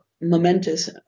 momentous